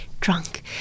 drunk